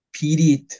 period